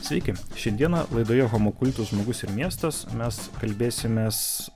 sveiki šiandiena laidoje homo kultus žmogus ir miestas mes kalbėsimės